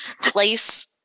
place